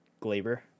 Glaber